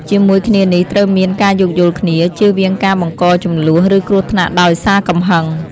ជាមួយគ្នានេះ ត្រូវមាន ការយោគយល់គ្នា ជៀសវាងការបង្កជម្លោះ ឬគ្រោះថ្នាក់ដោយសារកំហឹង។